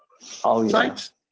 sites